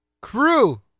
crew